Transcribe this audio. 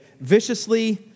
viciously